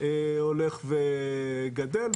הולך וגדל,